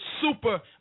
Super